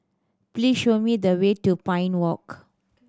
please show me the way to Pine Walk